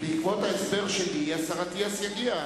בעקבות ההסבר שלי השר אטיאס יגיע.